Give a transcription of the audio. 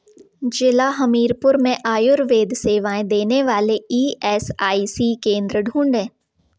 जिला हमीरपुर में आयुर्वेद सेवाएँ देने वाले ई एस आई सी केंद्र ढूँढें